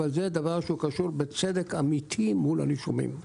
זה דבר שקשור בצדק אמיתי מול הנישומים.